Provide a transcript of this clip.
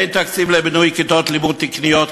אין תקציב לבינוי כיתות לימוד תקניות,